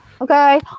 Okay